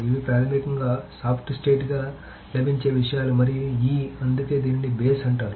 ఇవి ప్రాథమికంగా సాఫ్ట్ స్టేట్గా లభించే విషయాలు మరియు E అందుకే దీనిని బేస్ అంటారు